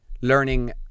learning